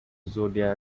zodiac